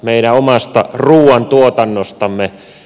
meidän omasta ruuantuotannostamme